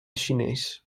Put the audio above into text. chinees